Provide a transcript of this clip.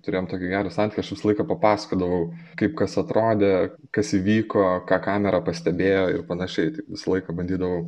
turėjom tokį gerą santykį aš visą laiką papasakodavau kaip kas atrodė kas įvyko ką kamera pastebėjo ir panašiai tai visą laiką bandydavau